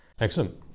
Excellent